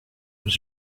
was